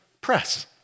press